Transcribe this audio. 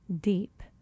deep